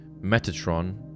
Metatron